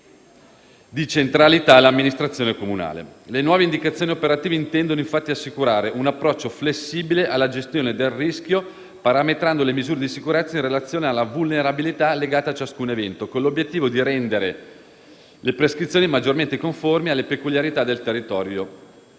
Le nuove indicazioni operative intendono, infatti, assicurare un approccio flessibile alla gestione del rischio, parametrando le misure di sicurezza in relazione alla "vulnerabilità" legate a ciascun evento, con l'obiettivo di rendere le prescrizioni maggiormente conformi alle peculiarità del territorio,